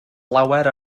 lawer